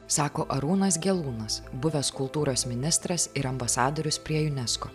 sako arūnas gelūnas buvęs kultūros ministras ir ambasadorius prie unesco